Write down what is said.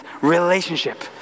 relationship